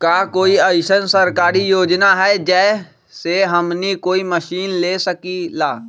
का कोई अइसन सरकारी योजना है जै से हमनी कोई मशीन ले सकीं ला?